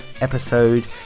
episode